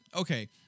Okay